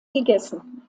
gegessen